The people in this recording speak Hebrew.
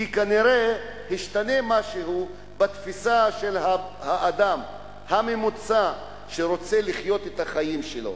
כי כנראה השתנה משהו בתפיסה של האדם הממוצע שרוצה לחיות את החיים שלו.